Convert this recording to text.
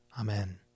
Amen